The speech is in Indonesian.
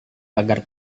agar